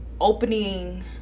opening